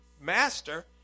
Master